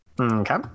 Okay